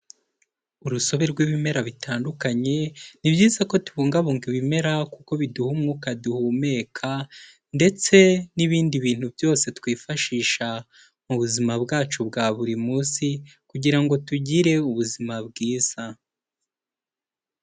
Urusobe rw'ibimera bitandukanye, ni byiza ko tubungabunga ibimera kuko biduha umwuka duhumeka ndetse n'ibindi bintu byose twifashisha mu buzima bwacu bwa buri munsi kugira ngo tugire ubuzima bwiza.